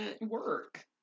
work